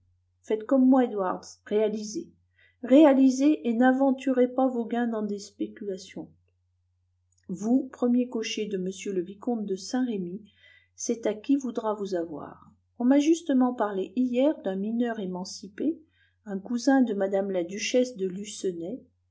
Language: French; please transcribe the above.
faites comme moi edwards réalisez réalisez et n'aventurez pas vos gains dans des spéculations vous premier cocher de m le vicomte de saint-remy c'est à qui voudra vous avoir on m'a justement parlé hier d'un mineur émancipé un cousin de mme la duchesse de